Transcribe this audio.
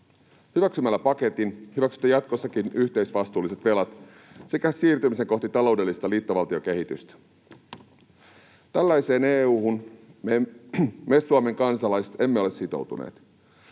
Hyväksymällä paketin hyväksytte jatkossakin yhteisvastuulliset velat sekä siirtymisen kohti taloudellista liittovaltiokehitystä. Tällaiseen EU:hun me Suomen kansalaiset emme ole sitoutuneet.